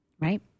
Right